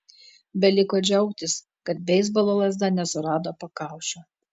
beliko džiaugtis kad beisbolo lazda nesurado pakaušio